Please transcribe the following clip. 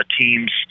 teams